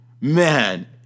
Man